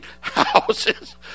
houses